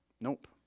Nope